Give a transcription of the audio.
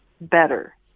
better